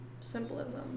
symbolism